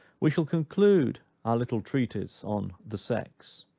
we shall conclude our little treatise on the sex,